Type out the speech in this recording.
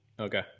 Okay